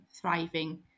thriving